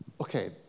Okay